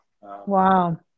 Wow